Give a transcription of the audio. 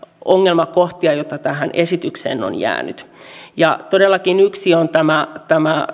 ongelmakohtia joita tähän esitykseen on jäänyt todellakin yksi on tämä